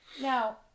Now